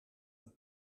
een